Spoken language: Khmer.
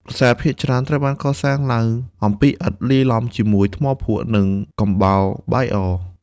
ប្រាសាទភាគច្រើនត្រូវបានសាងសង់ឡើងអំពីឥដ្ឋ លាយឡំជាមួយថ្មភក់ និងកំបោរបាយអ។